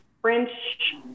french